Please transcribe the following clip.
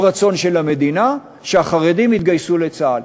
רצון של המדינה שהחרדים יתגייסו לצה"ל.